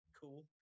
cool